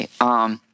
Okay